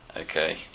Okay